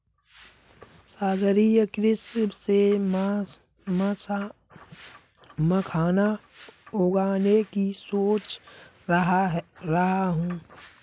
सागरीय कृषि से मखाना उगाने की सोच रहा हूं